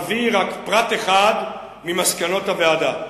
אביא רק פרט אחד ממסקנות הוועדה,